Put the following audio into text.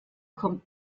kommt